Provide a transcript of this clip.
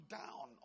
down